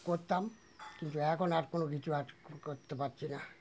করতাম কিন্তু এখন আর কোনো কিছু আর করতে পারছি না